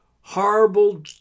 horrible